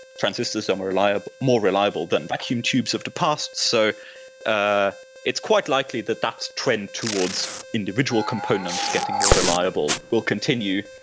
transistors um are more reliable than vacuum tubes of the past. so ah it's quite likely that that trends towards individual components getting more reliable will continue.